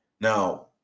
Now